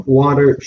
water